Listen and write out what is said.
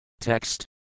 Text